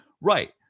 Right